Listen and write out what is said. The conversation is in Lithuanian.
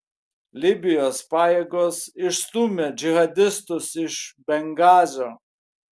libijos pajėgos išstūmė džihadistus iš bengazio